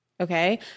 Okay